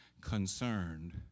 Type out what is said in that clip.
concerned